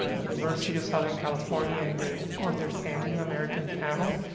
ah university of southern california, in their understanding american panel,